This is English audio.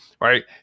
Right